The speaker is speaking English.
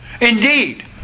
Indeed